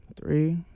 Three